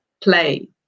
play